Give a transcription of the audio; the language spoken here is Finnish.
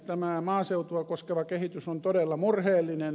tämä maaseutua koskeva kehitys on todella murheellinen